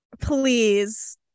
please